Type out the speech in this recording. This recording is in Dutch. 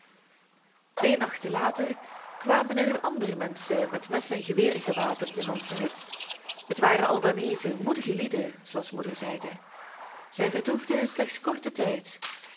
twee nachten later kwamen er andere menschen met messen en geweren gewapend in onze hut het waren albaneezen moedige lieden zooals moeder zeide zij vertoefden slechts korten tijd